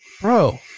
bro